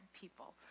people